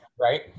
Right